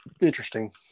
interesting